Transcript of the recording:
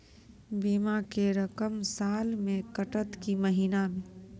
बीमा के रकम साल मे कटत कि महीना मे?